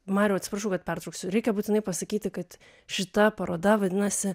mariau atsiprašau kad pertrauksiu reikia būtinai pasakyti kad šita paroda vadinasi